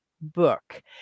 book